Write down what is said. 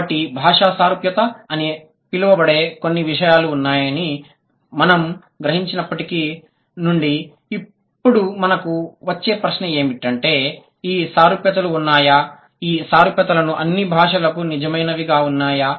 కాబట్టి భాషా సారూప్యతలు అని పిలువబడే కొన్ని విషయాలు ఉన్నాయని మనం గ్రహించినప్పటి నుండి ఇప్పుడు మనకు వచ్చే ప్రశ్న ఏమిటంటే ఈ సారూప్యతలు ఉన్నాయా ఈ సారూప్యతలు అన్ని భాషలకు నిజమైనవిగా ఉన్నాయా